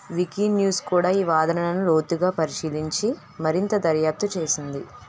Wikinews కూడా ఈ వాదనను లోతుగా పరిశీలించి మరింత దర్యాప్తు చేసింది